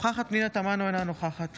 אינה נוכחת